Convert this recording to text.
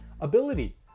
ability